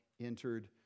entered